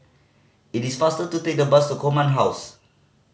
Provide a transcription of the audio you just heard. it is faster to take the bus to Command House